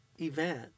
Event